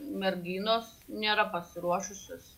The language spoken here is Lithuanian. merginos nėra pasiruošusios